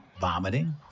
vomiting